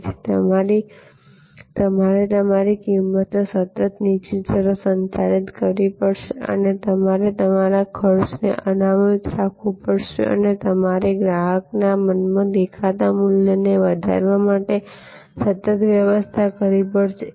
તેથી તમારે તમારી કિંમતને સતત નીચેની તરફ સંચાલિત કરવી પડશે અને તમારે તમારા ખર્ચને અનામત રાખવો પડશે અને તમારે ગ્રાહકના મનમાં દેખાતા મૂલ્યને વધારવા માટે સતત વ્યવસ્થા કરવી પડશે